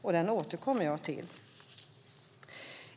Jag återkommer till det.